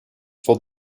for